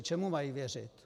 Čemu mají věřit?